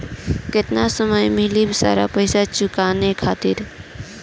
केतना समय मिली सारा पेईसा चुकाने खातिर?